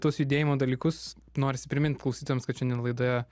tuos judėjimo dalykus norisi primint klausytojams kad šiandien laidoje